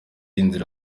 inzira